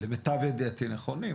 למיטב ידיעתי נכונים.